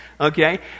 okay